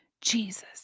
Jesus